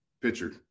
pitcher